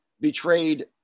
betrayed